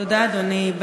תודה, אדוני.